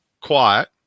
quiet